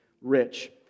rich